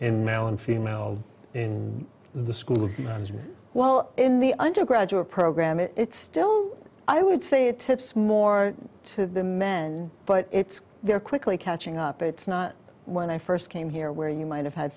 in male and female in the school as well in the undergraduate program it's still i would say it tips more to the men but it's there quickly catching up it's not when i first came here where you might have had